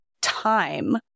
time